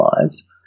lives